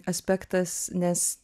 aspektas nes